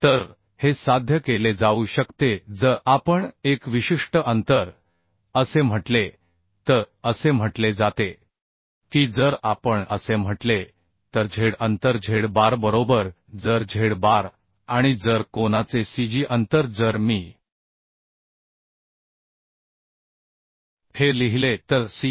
तर हे साध्य केले जाऊ शकते जर आपण एक विशिष्ट अंतर असे म्हटले तर असे म्हटले जाते की जर आपण असे म्हटले तर झेड अंतर झेड बार बरोबर जर झेड बार आणि जर कोनाचे cg अंतर जर मी हे लिहिले तर cyy